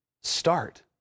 start